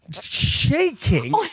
Shaking